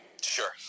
Sure